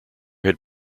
had